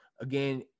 again